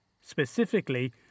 specifically